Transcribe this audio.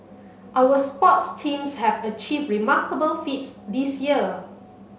our sports teams have achieved remarkable feats this year